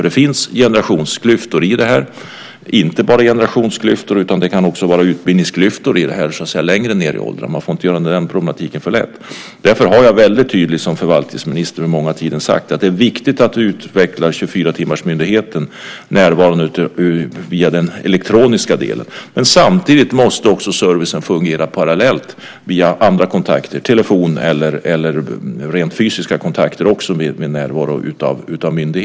Det finns generationsklyftor i det här, och inte bara generationsklyftor. Det kan också vara utbildningsklyftor längre ned i åldrarna. Man får inte göra den problematiken för lätt. Därför har jag som förvaltningsminister vid många tillfällen väldigt tydligt sagt att det är viktigt att utveckla 24-timmarsmyndigheten, närvaron via den elektroniska delen. Men samtidigt måste också servicen fungera parallellt via andra kontakter, telefon eller rent fysiska kontakter om en myndighet är närvarande.